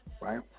right